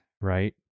right